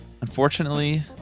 Unfortunately